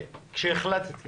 כשהחלטתי